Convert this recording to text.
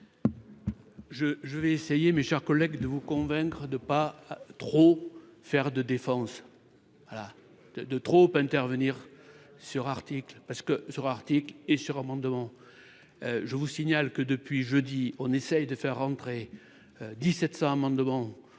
je vais essayer, mes chers collègues, de vous convaincre de pas trop faire de défense voilà de trop intervenir sur article parce que Zora Arctique et sur amendement, je vous signale que depuis jeudi, on essaye de faire rentrer 1700 amendements